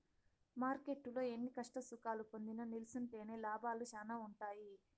మార్కెట్టులో ఎన్ని కష్టసుఖాలు పొందినా నిల్సుంటేనే లాభాలు శానా ఉంటాయి